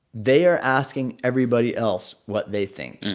they are asking everybody else what they think.